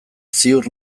ziur